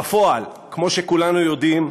בפועל, כמו שכולנו יודעים,